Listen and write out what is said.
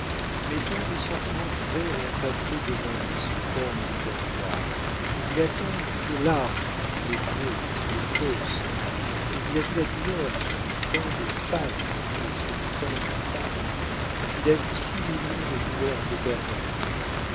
mais tant de sentiments divers ont passé devant lui sous forme de corbillard mais il a tant vu de larmes les vraies les fausses mais il a vu la douleur sous tant de faces et sur tant de faces il a vu six millions de douleurs éternelles